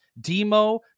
Demo